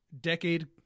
decade